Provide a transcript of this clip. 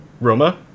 Roma